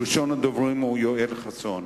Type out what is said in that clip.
ראשון הדוברים הוא חבר הכנסת יואל חסון,